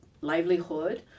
livelihood